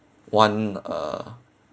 one uh